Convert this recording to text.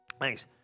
Thanks